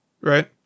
right